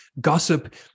gossip